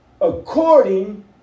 According